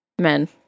men